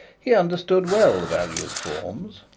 he understood well the value of forms,